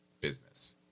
business